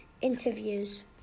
interviews